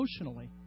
emotionally